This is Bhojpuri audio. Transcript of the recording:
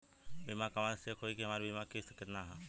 बीमा कहवा से चेक होयी की हमार बीमा के किस्त केतना ह?